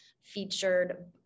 featured